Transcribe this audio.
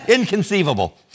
Inconceivable